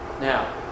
Now